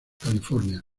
california